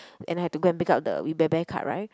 and then I have to go and pick up the We Bare Bear card right